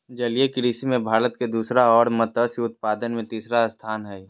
जलीय कृषि में भारत के दूसरा और मत्स्य उत्पादन में तीसरा स्थान हइ